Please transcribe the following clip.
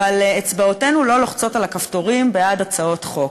אבל אצבעותינו לא לוחצות על הכפתורים בעד הצעות חוק.